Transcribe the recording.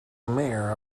mayor